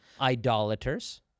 idolaters